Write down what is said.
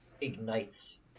ignites